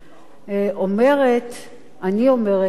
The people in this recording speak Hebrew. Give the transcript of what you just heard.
אני אומרת וחברי הטוב אומר,